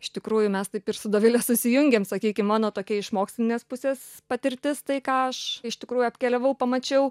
iš tikrųjų mes taip ir su dovile susijungėm sakykim mano tokia iš mokslinės pusės patirtis tai ką aš iš tikrųjų apkeliavau pamačiau